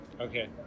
okay